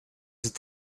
het